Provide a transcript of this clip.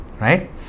right